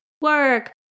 work